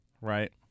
right